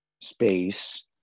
space